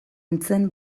nintzen